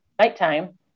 nighttime